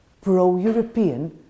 pro-European